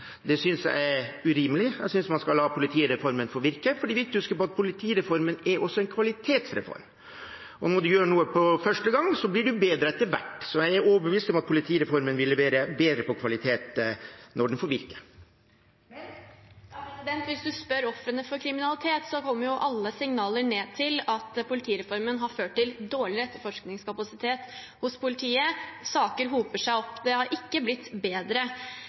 Det synes jeg er urimelig. Jeg synes man skal la politireformen få virke, for det er viktig å huske at politireformen også er en kvalitetsreform – og når man gjør noe for første gang, blir man bedre etter hvert. Så jeg er overbevist om at politireformen vil levere bedre kvalitet når den får virke. Emilie Enger Mehl – til oppfølgingsspørsmål. Hvis man spør ofrene for kriminalitet, koker alle signaler ned til at politireformen har ført til dårligere etterforskningskapasitet hos politiet. Saker hoper seg opp – det er ikke blitt bedre.